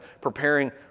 preparing